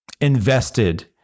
invested